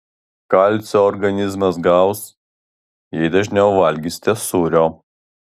kalcio organizmas gaus jei dažniau valgysite sūrio